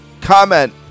comment